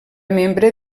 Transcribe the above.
membre